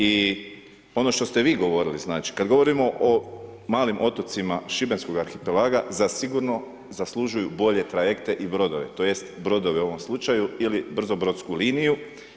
I ono što ste vi govorili znači, kada govorimo o malim otocima šibenskog arhipelaga, zasigurno zaslužuju bolje trajekte i brodove, tj. brodove u ovom slučaju ili brzobrodsku liniju.